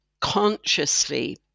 consciously